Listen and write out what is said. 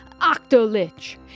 Octolich